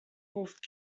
گفت